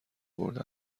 برده